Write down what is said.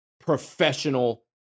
professional